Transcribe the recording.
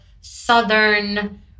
southern